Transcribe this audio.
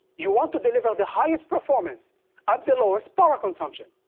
you want to deliver the highest performance at the lowest power consumption.